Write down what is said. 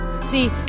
See